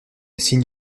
signe